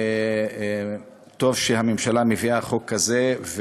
טוב שהממשלה מביאה חוק כזה,